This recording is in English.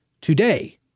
Today